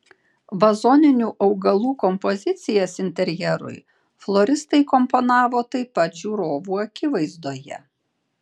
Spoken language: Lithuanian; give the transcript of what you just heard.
vazoninių augalų kompozicijas interjerui floristai komponavo taip pat žiūrovų akivaizdoje